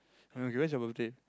when is your birthday